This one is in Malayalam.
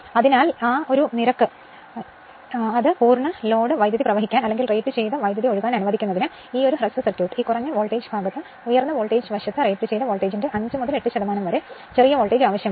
അതിനാൽ ആ നിരക്ക് e ഫുൾ ലോഡ് കറന്റ് പ്രവഹിക്കാൻ അല്ലെങ്കിൽ റേറ്റുചെയ്ത വൈദ്യുതി പ്രവഹിക്കാൻ അനുവദിക്കുന്നതിന് ഈ ഹ്രസ്വ പരിവാഹം ഈ കുറഞ്ഞ വോൾട്ടേജ് ഭാഗത്ത് ഉയർന്ന വോൾട്ടേജ് വശത്ത് റേറ്റുചെയ്ത വോൾട്ടേജിന്റെ 5 മുതൽ 8 ശതമാനം വരെ വളരെ ചെറിയ വോൾട്ടേജ് ആവശ്യമാണ്